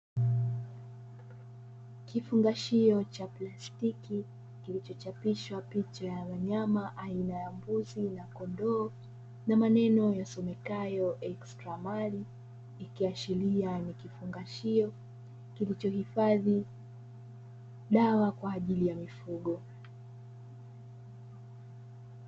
Kifungashio cha plastiki kilichochapishwa picha ya wanyama aina ya mbuzi na kondoo na maneno yasomekayo "extra mail" ikiashiria nikifungashio kilichohifadhi dawa kwa ajili ya mifugo.